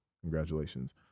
Congratulations